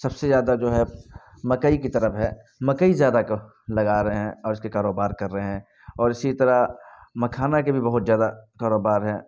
سب سے زیادہ جو ہے مکئی کی طرف ہے مکئی زیادہ کہہ لگا رہے ہیں اور اس کے کاروبار کر رہے ہیں اور اسی طرح مکھانا کے بھی بہت جیادہ کاروبار ہیں